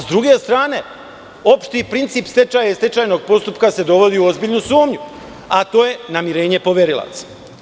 S druge strane, opšti princip stečaja i stečajnog postupka se dovodi u ozbiljnu sumnju, a to je namirenje poverilaca.